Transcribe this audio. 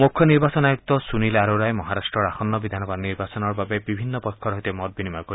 মুখ্য নিৰ্বাচন আয়ুক্ত সুনীল অৰোৰাই মহাৰাট্টৰ আসন্ন বিধানসভা নিৰ্বাচনৰ বাবে বিভিন্ন পক্ষৰ সৈতে মত বিনিময় কৰিব